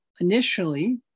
initially